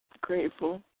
grateful